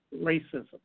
racism